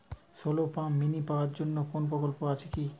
Shallow pump mini power জন্য কোনো প্রকল্প আছে কি?